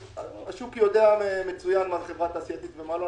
השוק יודע מצוין מה חברה תעשייתית ומה לא.